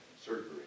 surgery